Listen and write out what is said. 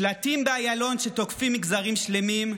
שלטים באיילון שתוקפים מגזרים שלמים,